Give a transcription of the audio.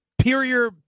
superior